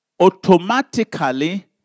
automatically